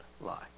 lie